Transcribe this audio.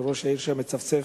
וראש העיר שם מצפצף